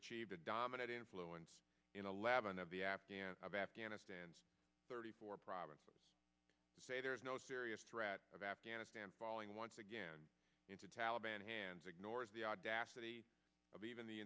achieved a dominant influence in eleven of the afghan of afghanistan's thirty four provinces who say there is no serious threat of afghanistan falling once again into taliban hands ignores the audacity of even the